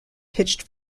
pitched